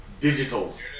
Digitals